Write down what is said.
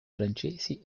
francesi